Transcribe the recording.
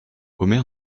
omer